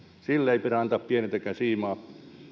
sille ei pidä antaa pienintäkään siimaa